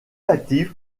active